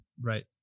Right